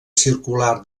circular